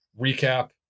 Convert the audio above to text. recap